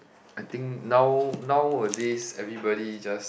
I think now nowadays everybody just